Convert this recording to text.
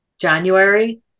January